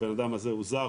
הבן אדם הזה הוא זר,